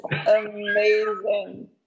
Amazing